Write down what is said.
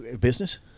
business